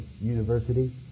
University